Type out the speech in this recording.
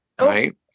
Right